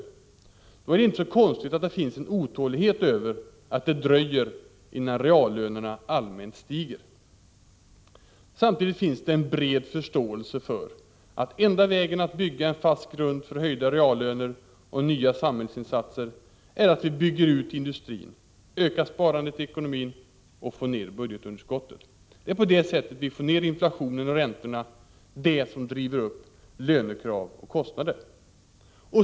Därför är det inte så konstigt att man är otålig över att det dröjer innan reallönerna allmänt sett stiger. Men samtidigt finns det en bred förståelse för att det enda sättet att åstadkomma en fast grund för höjda reallöner och nya samhällsinsatser är att bygga ut industrin, att öka sparandet i ekonomin och att få ned budgetunderskottet. Det är på det sättet vi får ned inflationen och räntorna, det som driver upp lönekrav och kostnader.